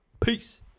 Peace